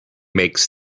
makes